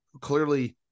clearly –